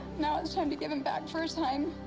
now, it's time to give him back for a time.